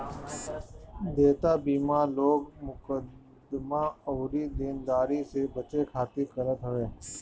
देयता बीमा लोग मुकदमा अउरी देनदारी से बचे खातिर करत हवे